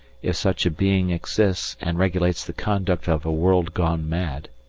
if such a being exists and regulates the conduct of a world gone mad.